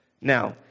Now